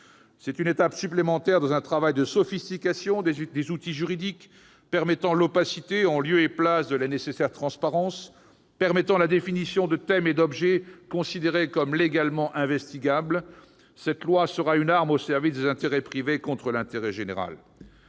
C'est une étape supplémentaire dans un travail de sophistication des outils juridiques permettant l'opacité, en lieu et place de la nécessaire transparence, et autorisant la définition de thèmes et d'objets considérés pouvant légalement faire l'objet d'investigations. Cette loi sera une arme au service des intérêts privés contre l'intérêt général.